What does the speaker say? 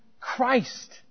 Christ